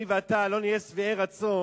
אם אני ואתה לא נהיה שבעי רצון.